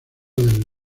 del